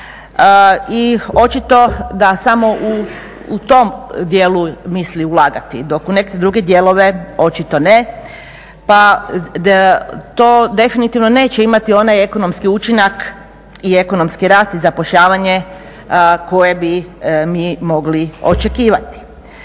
i očito da samo u tom dijelu misli ulagati dok u neke druge dijelove očito ne. Pa to definitivno neće imati onaj ekonomski učinak i ekonomski rast i zapošljavanje koje bi mi mogli očekivati.